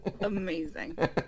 Amazing